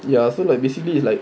ya so like basically it's like